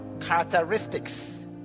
characteristics